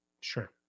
Sure